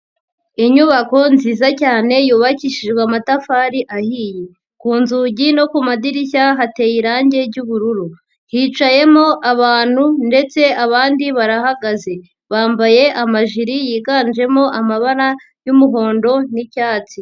Inyubako nziza cyane yubakishijwe amatafari ahiye, ku nzugi no ku madirishya hateye irangi ry'ubururu, hicayemo abantu ndetse abandi barahagaze bambaye amajiri yiganjemo amabara y'umuhondo n'icyatsi.